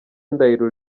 ndahiro